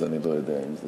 אז אני לא יודע אם זה,